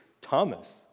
Thomas